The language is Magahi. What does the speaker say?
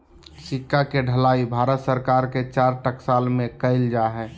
सिक्का के ढलाई भारत सरकार के चार टकसाल में कइल जा हइ